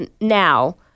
Now